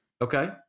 Okay